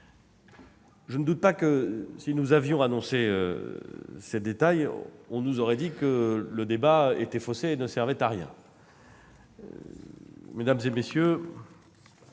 Je ne doute pas que si nous avions annoncé ces détails, on nous aurait dit que le débat était faussé et ne servait à rien. Mesdames, messieurs